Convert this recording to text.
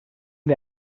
wir